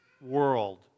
world